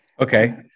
Okay